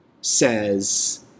says